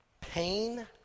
pain